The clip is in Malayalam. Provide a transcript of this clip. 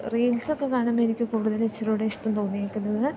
റീൽസ് ഒക്കെ കാണുമ്പോൾ എനിക്ക് കൂടുതൽ ഇച്ചിരികൂടെ ഇഷ്ടം തോന്നിയേക്കുന്നത്